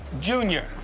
Junior